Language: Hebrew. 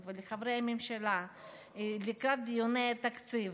ולחברי הממשלה לקראת דיוני התקציב.